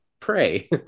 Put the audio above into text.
pray